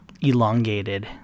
elongated